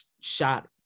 shot